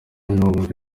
wumve